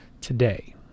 today